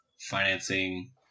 financing